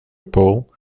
pull